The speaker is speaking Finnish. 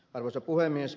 arvoisa puhemies